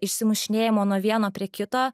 išsimušinėjimo nuo vieno prie kito